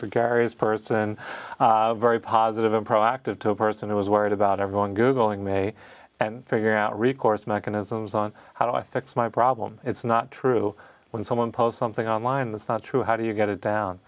gregarious person very positive and productive to a person who was worried about everyone googling may figure out recourse mechanisms on how do i fix my problem it's not true when someone posts something online that's not true how do you get it down